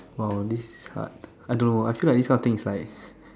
!wow! this is hard I don't know I feel like this kind of thing is like